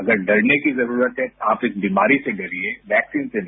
अगर डरने की जरूरत है आप इस बीमारी से डरिए वैक्सीन से नहीं